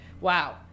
wow